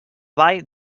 vall